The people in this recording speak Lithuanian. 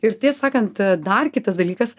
ir tiesą sakant dar kitas dalykas